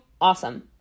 awesome